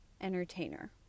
entertainer